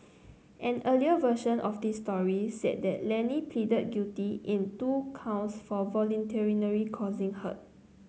an earlier version of this story said that Lenny pleaded guilty in two counts for voluntarily causing hurt